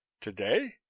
Today